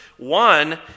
One